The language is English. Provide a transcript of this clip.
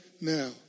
now